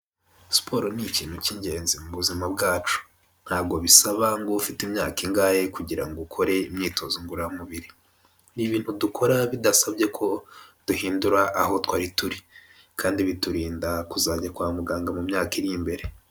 Siporo ni ikintu cy'ingenzi mu buzima bwacu ntago bisaba ngo ube ufite imyaka ingahe kugira ngo ukore imyitozo ngororamubiri ni ibintu dukora bidasabye ko duhindura aho twari turi kandi biturinda kuzajya kwa muganga mu myaka iri imbere.